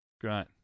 Great